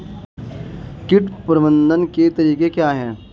कीट प्रबंधन के तरीके क्या हैं?